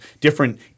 different